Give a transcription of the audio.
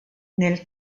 nel